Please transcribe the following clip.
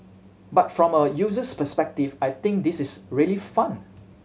but from a user's perspective I think this is really fun